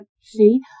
See